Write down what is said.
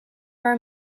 are